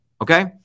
okay